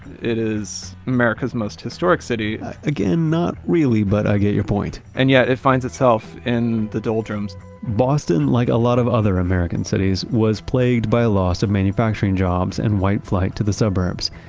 it is america's most historic city again, not really, but i get your point and yet it finds itself in the doldrums boston, like a lot of other american cities, was plagued by loss of manufacturing jobs and white flight to the suburbs.